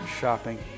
Shopping